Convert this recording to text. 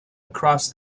across